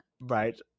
Right